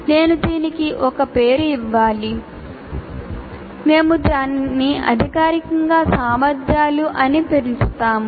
నేను దీనికి ఒక పేరు ఇవ్వాలి మేము దానిని అధికారికంగా సామర్థ్యాలు అని పిలుస్తాము